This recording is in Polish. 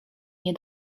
nie